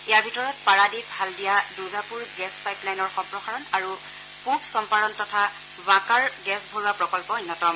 ইয়াৰ ভিতৰত পাৰাদ্বীপ হালদীয়া দুৰ্গাপুৰ গেছপাইপ লাইনৰ সম্প্ৰসাৰণ আৰু পূব চম্পাৰণ তথা বাঁকাৰ গেছ ভৰোৱা প্ৰকল্প অন্যতম